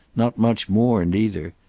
not much mourned either.